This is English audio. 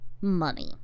money